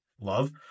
love